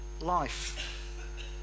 life